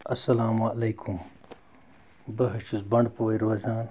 اَسَلامُ علیکُم بہٕ حظ چھُس بَنٛڈٕ پورِ روزان